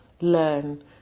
learn